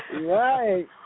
Right